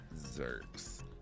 Zerks